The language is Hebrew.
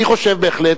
אני חושב בהחלט,